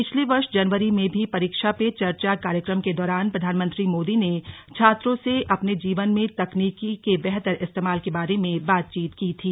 पिछले वर्ष जनवरी में भी परीक्षा पे चर्चा कार्यक्रम के दौरान प्रधानमंत्री मोदी ने छात्रों से अपने जीवन में तकनीकी के बेहतर इस्तेमाल के बारे में बातचीत की थी